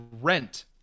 rent